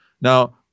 Now